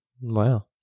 Wow